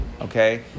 Okay